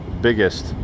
biggest